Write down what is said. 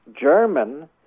German